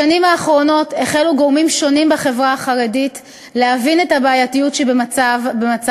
בשנים האחרונות החלו גורמים שונים בחברה החרדית להבין את הבעייתיות שבמצב